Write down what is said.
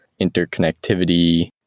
interconnectivity